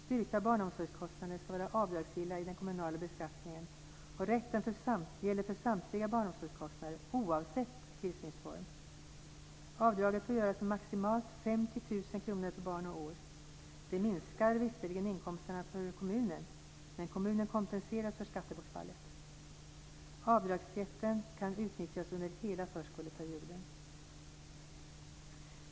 Styrkta barnomsorgskostnader ska vara avdragsgilla i den kommunala beskattningen. Rätten gäller för samtliga barnomsorgskostnader oavsett tillsynsform. Avdraget får göras med maximalt 50 000 kr per barn och år. Det minskar visserligen inkomsterna för kommunen, men kommunen kompenseras för skattebortfallet. Avdragsrätten kan utnyttjas under hela förskoleperioden.